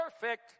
perfect